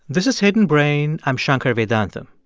this is hidden brain. i'm shankar vedantam.